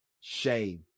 shame